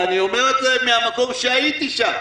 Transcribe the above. ואני אומר את זה מהמקום שהייתי בו,